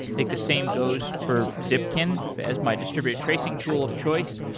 like the same goes for zipkin as my distributed tracing tool of choice.